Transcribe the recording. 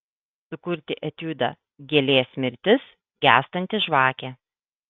sukurti etiudą gėlės mirtis gęstanti žvakė